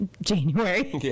January